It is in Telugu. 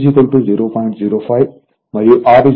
01మేము X విలువ 0